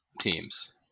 teams